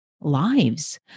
lives